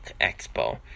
expo